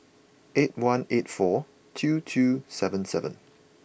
eight one eight four two two seven seven